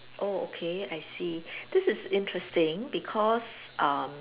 oh okay I see this is interesting because uh